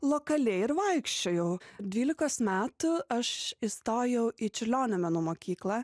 lokaliai ir vaikščiojau dvylikos metų aš įstojau į čiurlionio menų mokyklą